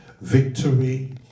Victory